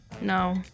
no